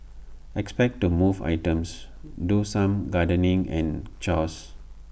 expect to move items do some gardening and chores